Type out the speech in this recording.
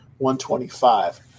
125